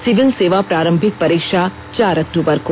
civil सेवा प्रारंभिक परीक्षा चार अक्टूबर को